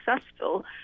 successful